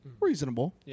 Reasonable